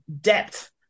depth